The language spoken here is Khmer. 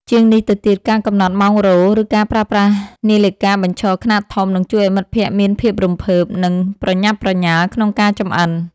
ជាងនេះទៅទៀត ការកំណត់ម៉ោងរោទ៍ ឬការប្រើប្រាស់នាឡិកាបញ្ឈរខ្នាតធំ នឹងជួយឱ្យមិត្តភក្តិមានភាពរំភើប និងប្រញាប់ប្រញាល់ក្នុងការចម្អិន។